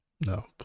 No